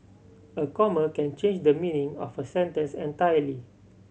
a comma can change the meaning of a sentence entirely